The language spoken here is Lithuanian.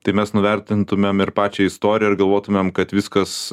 tai mes nuvertintumėm ir pačią istoriją ir galvotumėm kad viskas